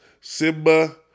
Simba